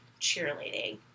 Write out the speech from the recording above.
cheerleading